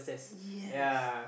yes